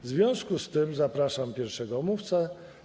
W związku z tym zapraszam pierwszego mówcę.